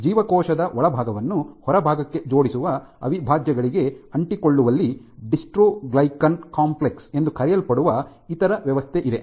ಜೀವಕೋಶದ ಒಳಭಾಗವನ್ನು ಹೊರಭಾಗಕ್ಕೆ ಜೋಡಿಸುವ ಅವಿಭಾಜ್ಯಗಳಿಗೆ ಅಂಟಿಕೊಳ್ಳುವಲ್ಲಿ ಡಿಸ್ಟ್ರೊಗ್ಲಿಕನ್ ಕಾಂಪ್ಲೆಕ್ಸ್ ಎಂದು ಕರೆಯಲ್ಪಡುವ ಇತರ ವ್ಯವಸ್ಥೆಯಿದೆ